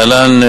להלן,